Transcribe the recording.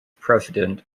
president